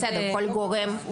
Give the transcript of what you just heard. בסדר, כל גורם.